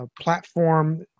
Platform